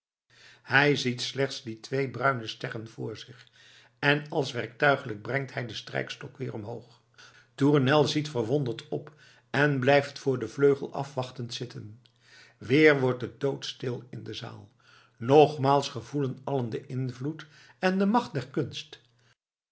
hij ziet slechts die twee bruine sterren vr zich en als werktuiglijk brengt hij den strijkstok weer omhoog tournel ziet verwonderd op en blijft voor den vleugel afwachtend zitten weer wordt het doodstil in de zaal nogmaals gevoelen allen den invloed en de macht der kunst